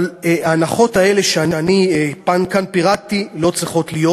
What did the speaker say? אבל ההנחות שכאן פירטתי לא צריכות להיות.